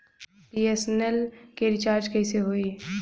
BSNL के recharge कैसे होयी?